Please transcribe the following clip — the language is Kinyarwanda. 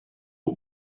ngo